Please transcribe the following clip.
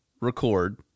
record